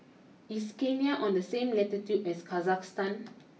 is Kenya on the same latitude as Kazakhstan